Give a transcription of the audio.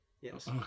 Yes